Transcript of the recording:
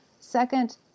Second